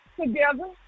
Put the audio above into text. together